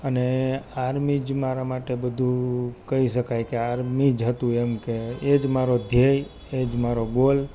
અને આર્મી જ મારા માટે બધુ જ કહી જ શકાય આર્મી જ હતું એમકે એ જ મારો ધ્યેય એ જ મારો ગોલ